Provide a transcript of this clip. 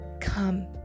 come